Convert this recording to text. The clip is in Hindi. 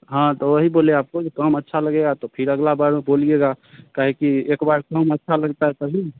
हाँ तो वही बोले आपको जो काम अच्छा लगेगा तो फिर अगला बार में बोलिएगा काहे कि एक बार काम अच्छा लगता है तभी